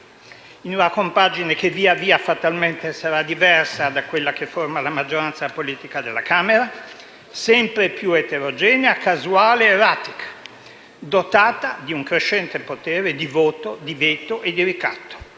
in una compagine che, via, via, fatalmente sarà diversa da quella che forma la maggioranza politica della Camera, sempre più eterogenea, casuale, erratica, dotata di un crescente potere di voto, di veto e di ricatto.